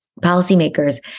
policymakers